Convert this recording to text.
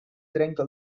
trenca